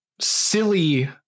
silly